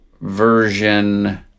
version